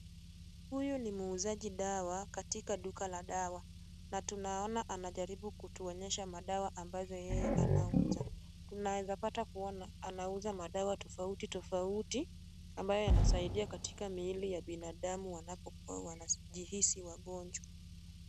Huyu ni muuzaji dawa katika duka la dawa na tunaona anajaribu kutuonyesha madawa ambazo yeye anauza. Tunaweza pata kuona anauza madawa tofauti tofauti, ambayo yanasaidia katika miili ya binadamu wanapokuwa wanajihisi wagonjwa.